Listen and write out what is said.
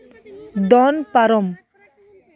ᱫᱚᱱ ᱯᱟᱨᱚᱢ